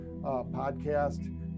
podcast